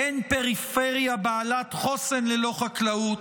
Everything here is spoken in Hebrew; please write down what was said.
אין פריפריה בעלת חוסן ללא חקלאות,